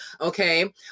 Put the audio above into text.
okay